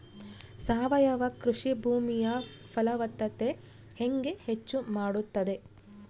ಸಾವಯವ ಕೃಷಿ ಭೂಮಿಯ ಫಲವತ್ತತೆ ಹೆಂಗೆ ಹೆಚ್ಚು ಮಾಡುತ್ತದೆ?